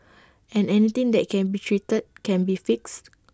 and anything that can be treated can be fixed